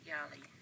Yali